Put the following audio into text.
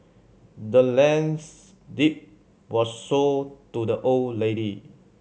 the land's deed was sold to the old lady